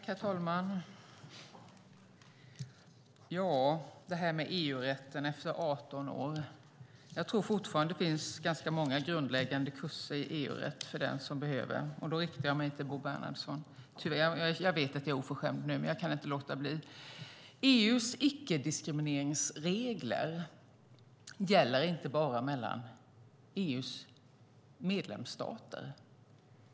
Herr talman! Hur är det med EU-rätten så här efter 18 år? Jag tror att det fortfarande finns ganska många grundläggande kurser i EU-rätt för den som behöver, och då riktar jag mig till Bo Bernhardsson. Jag vet att jag nu är oförskämd, men jag kan inte låta bli. EU:s icke-diskrimineringsregler gäller inte bara mellan EU:s medlemsstater.